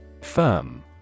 Firm